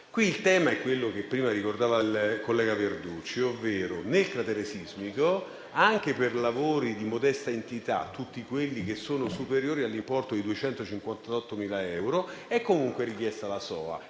il tema è quello che prima ricordava il collega Verducci, ovvero il fatto che nel cratere sismico, anche per lavori di modesta entità (tutti quelli che sono superiori all'importo di 258.000 euro), è comunque richiesta da SOA